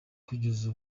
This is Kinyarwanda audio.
kugeza